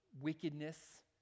wickedness